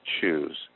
choose